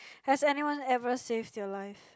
has anyone ever saved your life